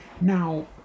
Now